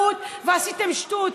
אז למה לא הבאתם אצבעות?